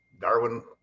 Darwin